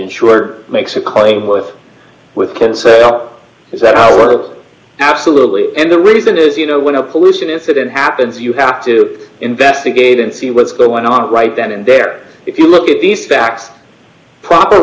insurer makes a claim with with can set up is that our absolutely and the reason is you know when a pollution incident happens you have to investigate and see what's going on right then and there if you look at these facts proper